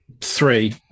three